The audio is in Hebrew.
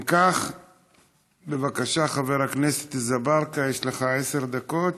אם כך, בבקשה, חבר הכנסת אזברגה, יש לך עשר דקות.